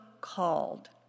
called